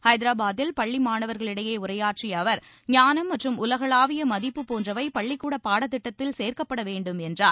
ஹைதராபாதில் பள்ளி மாணவர்களிடையே உரையாற்றிய அவர் ஞானம் மற்றும் உலகளாவிய மதிப்பு போன்றவை பள்ளிக்கூட பாடத்திட்டத்தில் சேர்க்கப்பட வேண்டும் என்றார்